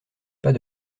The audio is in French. pas